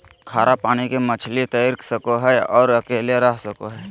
खारा पानी के मछली तैर सको हइ और अकेले रह सको हइ